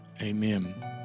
Amen